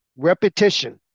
repetition